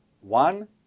One